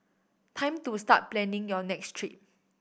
time to start planning your next trip